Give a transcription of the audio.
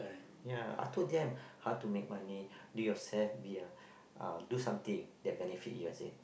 ya I told them how to make money do yourself be a uh do something that benefit you I said